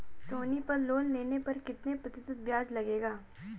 सोनी पल लोन लेने पर कितने प्रतिशत ब्याज लगेगा?